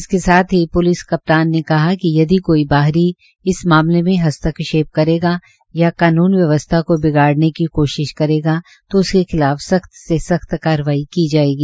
इसके साथ ही प्लिस कप्तान ने कहा कि यदि कोई बाहरी इस मामले में हस्तक्षेप करेगा या कानून व्यवस्था को बिगाड़ने की कोशिश करेगा तो उसके खिलाफ सख्त से सख्त कार्यवाही की जाएगी